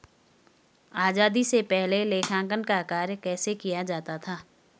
आजादी से पहले लेखांकन का कार्य कैसे किया जाता था?